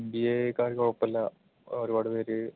M B എക്കാൾ കുഴപ്പമില്ല ഒരു പാട് പേർ